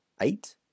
eight